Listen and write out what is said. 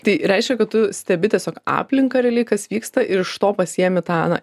tai reiškia kad tu stebi tiesiog aplinką realiai kas vyksta ir iš to pasiimi tą na